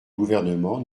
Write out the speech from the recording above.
gouvernement